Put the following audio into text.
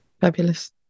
fabulous